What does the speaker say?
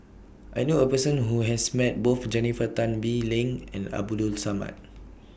I knew A Person Who has Met Both Jennifer Tan Bee Leng and Abdul Samad